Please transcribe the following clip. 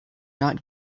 not